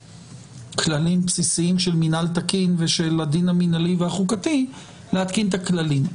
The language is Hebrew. בכללים בסיסיים של מינהל תקין ושל הדיןד המינהלי והחוקתי להתקין את הכללים.